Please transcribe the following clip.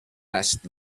last